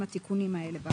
עם התיקונים האלה.